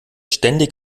ständig